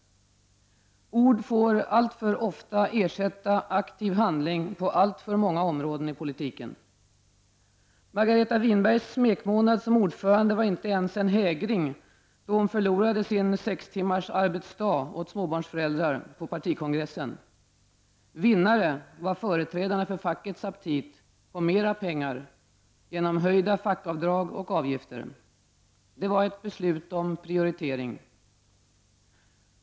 Ord får alltför ofta ersätta aktiv handling på alltför många områden i politiken. Margareta Winbergs smekmånad som ny ordförande i det socialdemokratiska kvinnoförbundet var inte ens en hägring, då hon förlorade sin sextimmarsarbetsdag för småbarnsföräldrar på partikongressen. Vinnare var företrädarna för fackets aptit på mera pengar genom höjda fackavdrag och avgifter. Det var ett beslut om prioritering.